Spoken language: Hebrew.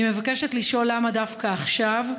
אני מבקשת לשאול למה דווקא עכשיו,